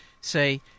say –